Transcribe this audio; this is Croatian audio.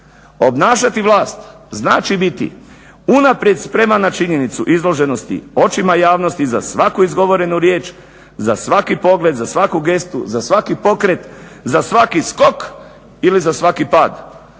Obnašati vlast znači biti unaprijed spreman na činjenicu izloženosti očima javnosti za svaku izgovorenu riječ, za svaki pogled, za svaku gestu, za svaki pokret, za svaki skok ili za svaki pad.